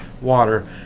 water